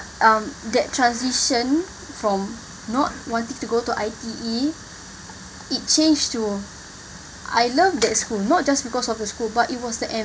um that transition from not wanting to go to I_T_E it change to I love that school not just because of the school but it was the